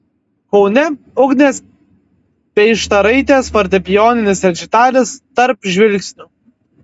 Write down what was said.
kaune ugnės peištaraitės fortepijoninis rečitalis tarp žvilgsnių